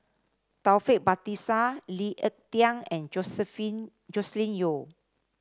Taufik Batisah Lee Ek Tieng and Joscelin Yeo